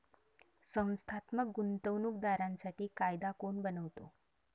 संस्थात्मक गुंतवणूक दारांसाठी कायदा कोण बनवतो?